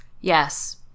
Yes